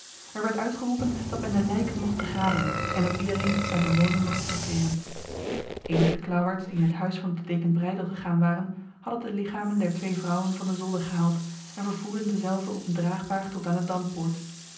er werd uitgeroepen dat men de lijken mocht begraven en dat iedereen naar zijn woning mocht terugkeren enige klauwaards die in het huis van de deken breydel gegaan waren hadden de lichamen der twee vrouwen van de zolder gehaald en vervoerden dezelve op een draagbaar tot aan de dampoort